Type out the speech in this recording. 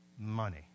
money